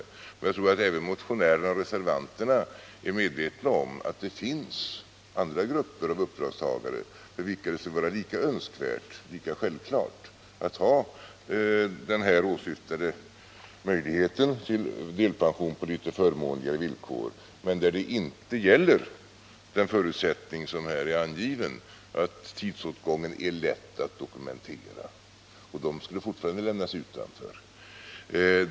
Jag tror emellertid att även motionärerna och reservanterna är medvetna om att det finns andra grupper av uppdragstagare för vilka det skulle vara lika önskvärt och självklart att få den åsyftade möjligheten till delpension på litet förmånligare villkor men för vilka den angivna förutsättningen, att tidsåtgången är lätt att dokumentera, inte gäller. De skulle med reservanternas förslag fortfarande lämnas utanför.